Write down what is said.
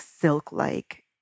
silk-like